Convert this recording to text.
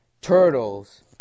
Turtles